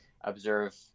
observe